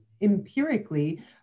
empirically